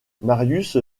marius